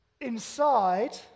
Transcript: inside